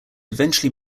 eventually